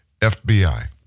FBI